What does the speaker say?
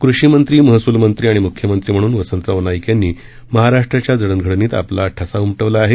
कृषीमंत्री महसूलमंत्री आणि मुख्यमंत्री म्हणून वसंतराव नाईक यांनी महाराष्ट्राच्या जडणघडणीत आपला असा ठसा उमटवला आहे